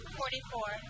forty-four